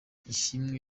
ishimwe